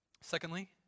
Secondly